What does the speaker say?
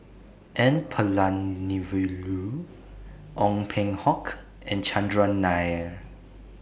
N Palanivelu Ong Peng Hock and Chandran Nair